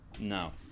No